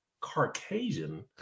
Caucasian